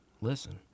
listen